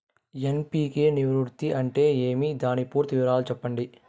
NPK నిష్పత్తి అంటే ఏమి దాని పూర్తి వివరాలు సెప్పండి?